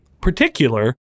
particular